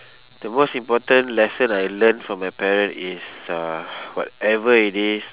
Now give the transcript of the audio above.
the most important lesson I learn from my parent is uh whatever it is